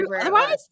otherwise